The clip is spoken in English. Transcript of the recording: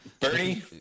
Bernie